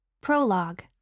Prologue